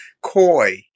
coy